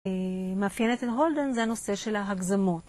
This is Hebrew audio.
מאפיין אצל הולדן זה הנושא של ההגזמות.